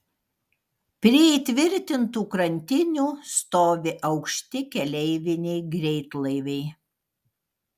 prie įtvirtintų krantinių stovi aukšti keleiviniai greitlaiviai